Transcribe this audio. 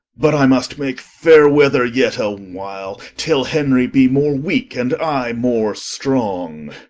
but i must make faire weather yet a while, till henry be more weake, and i more strong.